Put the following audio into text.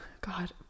god